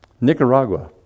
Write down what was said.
Nicaragua